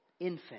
infant